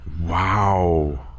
Wow